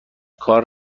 کار